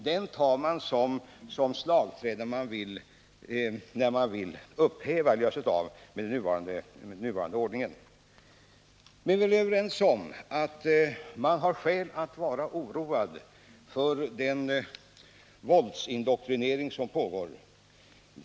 Den tar man som slagträ när man vill göra sig av med nuvarande ordning. Vi är väl överens om att man har skäl att vara oroad över den våldsindoktrinering som pågår.